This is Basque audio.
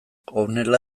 honela